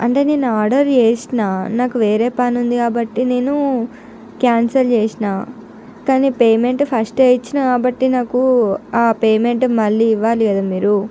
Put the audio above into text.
అంటే నేను ఆర్డర్ చేసినా నాకు వేరే పని ఉంది కాబట్టి నేను క్యాన్సల్ చేసినా కానీ పేమెంట్ ఫస్టే ఇచ్చిన కాబట్టి నాకు ఆ పేమెంట్ మళ్ళీ ఇవ్వాలి కదా మీరు